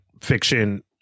fiction